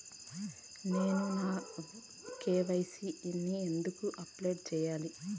నేను నా కె.వై.సి ని ఎందుకు అప్డేట్ చెయ్యాలి?